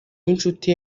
w’inshuti